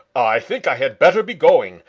i think i had better be going.